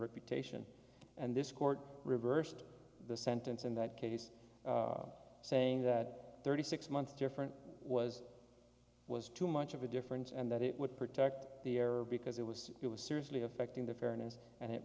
reputation and this court reversed the sentence in that case saying that thirty six months different was was too much of a difference and that it would protect the error because it was it was seriously affecting the fairness and it